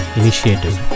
initiative